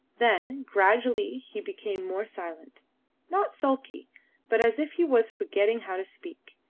then gradually he became more silent not sulkily but as if he was forgetting how to speak.